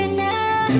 now